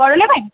বড়ো নেবেন